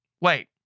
wait